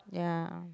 ya